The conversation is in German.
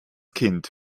kind